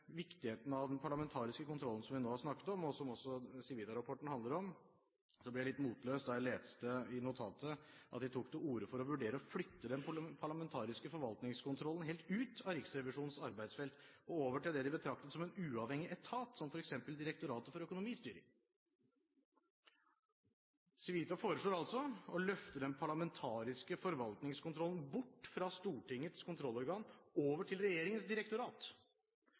viktigheten at den parlamentariske kontrollen, som vi nå har snakket om, og som også Civita-rapporten handler om, ble jeg litt motløs da jeg leste i notatet at de tok til orde for å vurdere å flytte den parlamentariske forvaltningskontrollen helt ut av Riksrevisjonens arbeidsfelt og over til det de betraktet som en uavhengig etat, som f.eks. Direktoratet for økonomistyring. Civita foreslår altså å løfte den parlamentariske forvaltningskontrollen bort fra Stortingets kontrollorgan over til regjeringens direktorat.